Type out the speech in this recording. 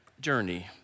journey